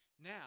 now